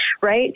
right